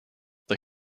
the